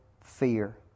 fear